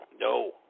No